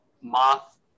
moth